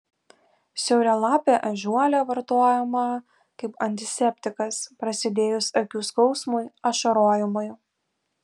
siauralapė ežiuolė vartojama kaip antiseptikas prasidėjus akių skausmui ašarojimui